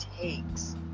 takes